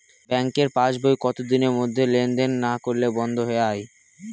ব্যাঙ্কের পাস বই কত দিনের মধ্যে লেন দেন না করলে বন্ধ হয়ে য়ায়?